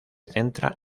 centra